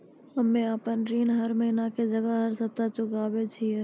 हम्मे आपन ऋण हर महीना के जगह हर सप्ताह चुकाबै छिये